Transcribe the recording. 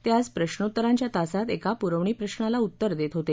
ते आज प्रश्नोत्तरांच्या तासात एका पुरवणी प्रश्नाला उत्तर देत होते